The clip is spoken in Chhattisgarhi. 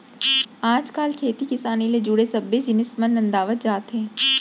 आज काल खेती किसानी ले जुड़े सब्बे जिनिस मन नंदावत जात हें